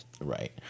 right